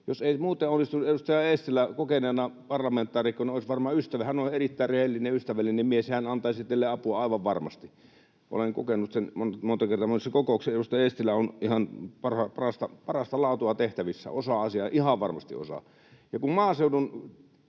Jos ei muuten onnistu, niin edustaja Eestilä kokeneena parlamentaarikkona varmaan — hän on erittäin rehellinen, ystävällinen mies — antaisi teille apua aivan varmasti. Olen kokenut sen monta kertaa noissa kokouksissa. Edustaja Eestilä on ihan parasta laatua tehtävissä. Osaa asian, ihan varmasti osaa. Ja kun maaseudun